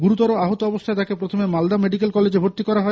গুরুতর আহত অবস্হায় তাকে প্রথম মালদা মেডিকেল কলেজে ভর্তি করা হয়